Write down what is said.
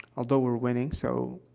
although we're winning, so,